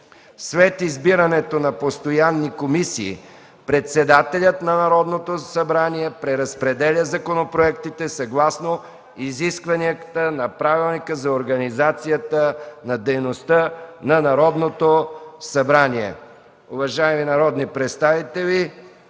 След избирането на постоянни комисии, председателят на Народното събрание преразпределя законопроектите съгласно изискванията на Правилника за организацията и дейността на Народното събрание.” Уважаеми народни представители,